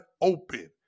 open